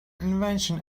invention